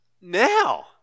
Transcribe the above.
now